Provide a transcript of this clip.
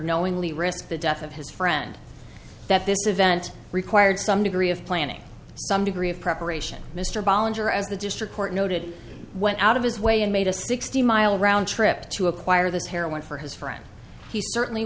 journo inly risk the death of his friend that this event required some degree of planning some degree of preparation mr bollinger as the district court noted went out of his way and made a sixty mile round trip to acquire this heroin for his friend he certainly